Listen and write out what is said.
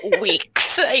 weeks